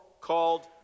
called